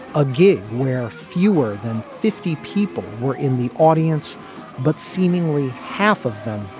a gig where fewer than fifty people were in the audience but seemingly half of them.